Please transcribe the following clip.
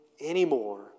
anymore